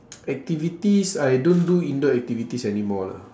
activities I don't do indoor activities anymore lah